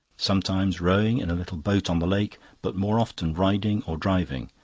sometimes rowing in a little boat on the lake, but more often riding or driving,